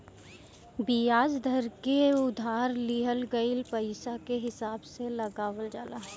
बियाज दर के उधार लिहल गईल पईसा के हिसाब से लगावल जाला